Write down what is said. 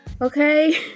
Okay